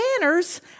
banners